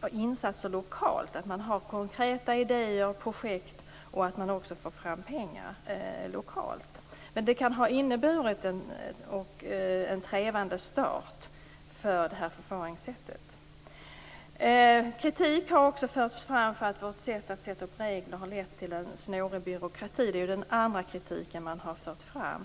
och insatser lokalt - att man har konkreta idéer och projekt och också får fram pengar lokalt. Den kan dock ha inneburit en trevande start för det här förfaringssättet. Kritik har också förts fram om att vårt sätt att sätta upp regler har lett till en snårig byråkrati. Det är ju den andra kritik man har fört fram.